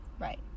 right